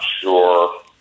sure